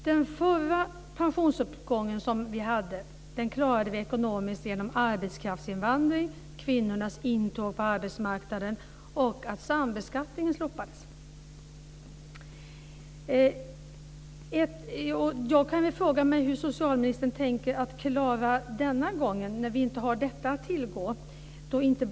Den förra uppgången av antalet pensionärer vi hade klarade vi ekonomiskt genom arbetskraftsinvandring, kvinnornas intåg på arbetsmarknaden och att sambeskattningen slopades. Jag kan fråga mig hur socialministern tänker sig att vi ska klara det denna gång, när vi inte har detta att tillgå.